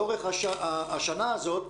לאורך השנה הזאת,